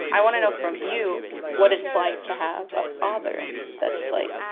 i want to know from you what it's like to have a father that's, like,